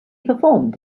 performed